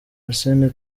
arsene